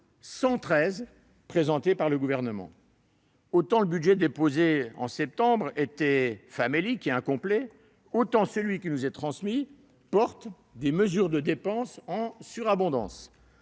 113 présentés par le Gouvernement. Autant le budget déposé en septembre était famélique et incomplet, autant celui qui nous est transmis porte des mesures de dépenses en surabondance.